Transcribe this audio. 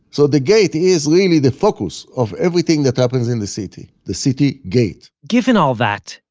so the gate is really the focus of everything that happens in the city. the city gate given all that,